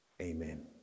Amen